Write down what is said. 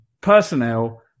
personnel